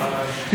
יש לו תחקירים,